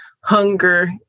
hunger